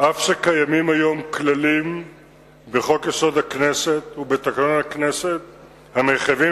אף שקיימים היום בחוק-יסוד: הכנסת ובתקנון הכנסת כללים המחייבים